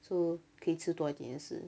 so 可以吃多一点也是